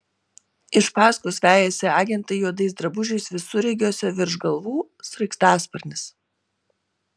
iš paskos vejasi agentai juodais drabužiais visureigiuose virš galvų sraigtasparnis